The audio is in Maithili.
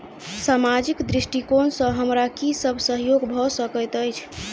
सामाजिक दृष्टिकोण सँ हमरा की सब सहयोग भऽ सकैत अछि?